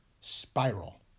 spiral